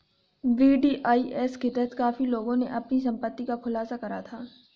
VDIS के तहत काफी लोगों ने अपनी संपत्ति का खुलासा करा था